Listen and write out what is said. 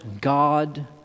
God